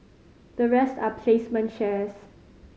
the rest are placement shares